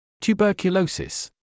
Tuberculosis